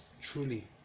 truly